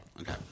Okay